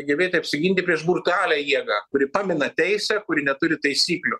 gebėti apsiginti prieš brutalią jėgą kuri pamina teisę kuri neturi taisyklių